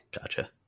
Gotcha